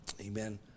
amen